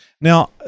Now